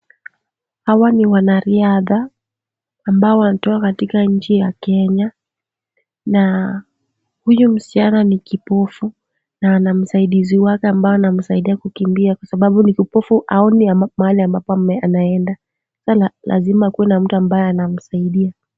Hawa ni wanariadha ambao wanatoka katika nchi ya Kenya na huyu msichana ni kipofu na ana msaidizi wake ambao anamsaidia kukimbia kwa sababu ni kipofu haoni mahali ambapo anaenda na lazima akuwe na mtu ambaye anamsaidia.